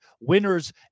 winners